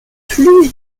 plus